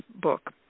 book